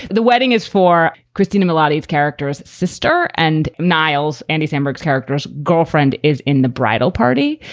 the wedding is for christina muladi of character's sister and niles and his emerick's character's girlfriend is in the bridal party.